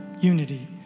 Unity